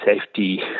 safety